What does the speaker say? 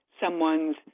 someone's